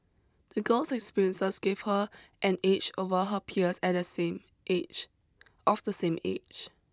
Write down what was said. the girl's experiences gave her an edge over her peers at the same age of the same age